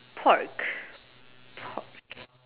pork pork